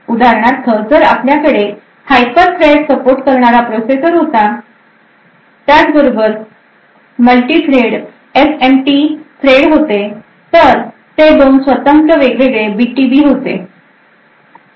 उदाहरणार्थ जर आपल्याकडे Hyperthread सपोर्ट करणारा प्रोसेसर होता त्याच बरोबर Multithread SMT Thread होते तर ते दोन स्वतंत्र वेगवेगळे BTB होते